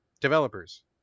developers